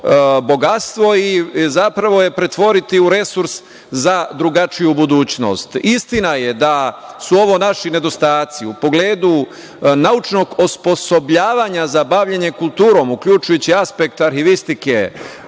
bogatstvo i zapravo je pretvoriti u resurs za drugačiju budućnost. Istina je da su ovo naši nedostaci u pogledu naučnog osposobljavanja za bavljenje kulturom, uključujući aspekt arhivistike,